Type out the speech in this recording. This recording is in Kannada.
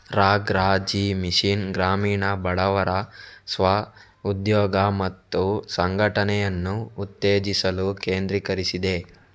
ರಾ.ಗ್ರಾ.ಜೀ ಮಿಷನ್ ಗ್ರಾಮೀಣ ಬಡವರ ಸ್ವ ಉದ್ಯೋಗ ಮತ್ತು ಸಂಘಟನೆಯನ್ನು ಉತ್ತೇಜಿಸಲು ಕೇಂದ್ರೀಕರಿಸಿದೆ